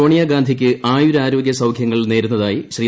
സോണിയാഗാന്ധിക്ക് ആയുരാരോഗ്യ സൌഖ്യങ്ങൾ നേരുന്നതായി ശ്രീ